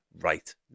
right